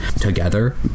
together